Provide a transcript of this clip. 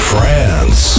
France